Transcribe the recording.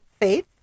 faith